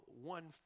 one